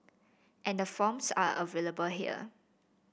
and the forms are available here